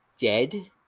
dead